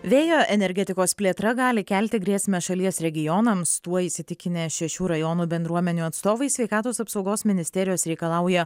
vėjo energetikos plėtra gali kelti grėsmę šalies regionams tuo įsitikinę šešių rajonų bendruomenių atstovai sveikatos apsaugos ministerijos reikalauja